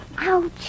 Ouch